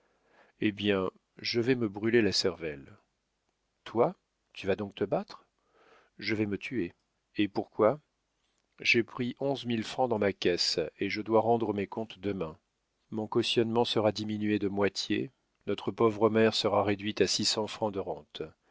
eh bien je vais me brûler le cervelle toi tu vas donc te battre je vais me tuer et pourquoi j'ai pris onze mille francs dans ma caisse et je dois rendre mes comptes demain mon cautionnement sera diminué de moitié notre pauvre mère sera réduite à six cents francs de rente